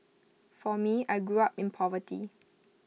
for me I grew up in poverty